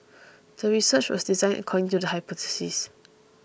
the research was designed according to the hypothesis